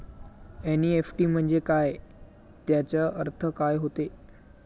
NEFT म्हंजे काय, त्याचा अर्थ काय होते?